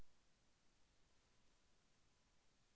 జీతంపై కాకుండా వ్యక్తిగత ఋణం తీసుకోవచ్చా?